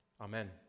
Amen